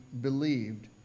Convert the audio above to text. believed